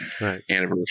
anniversary